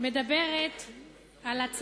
מדברת על,